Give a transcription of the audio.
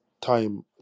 time